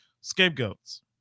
Scapegoats